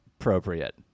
appropriate